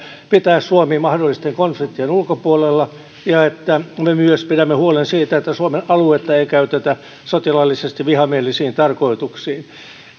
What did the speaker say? pitää suomi mahdollisten konfliktien ulkopuolella ja että me myös pidämme huolen siitä että suomen aluetta ei käytetä sotilaallisesti vihamielisiin tarkoituksiin